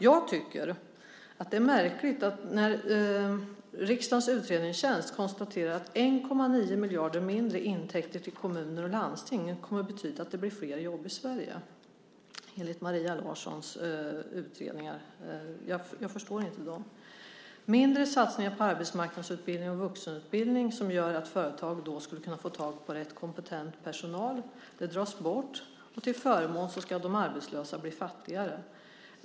Jag tycker att det är märkligt att när riksdagens utredningstjänst konstaterar att det blir 1,9 miljarder mindre i intäkter till kommuner och landsting skulle det, enligt Maria Larssons utredningar, betyda att det blir flera jobb i Sverige. Jag förstår inte det. Satsningar på arbetsmarknadsutbildning och vuxenutbildning som gör att företag skulle kunna få tag i personal med rätt kompetens dras bort till förmån för att de arbetslösa blir fattigare.